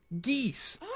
geese